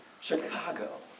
Chicago